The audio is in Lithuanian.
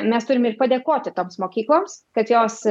mes turime ir padėkoti toms mokykloms kad jos